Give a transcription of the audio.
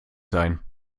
sein